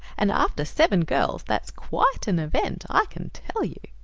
and after seven girls that's quite an event, i can tell you.